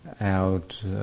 out